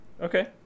Okay